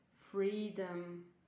freedom